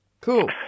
Cool